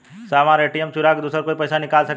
साहब हमार ए.टी.एम चूरा के दूसर कोई पैसा निकाल सकेला?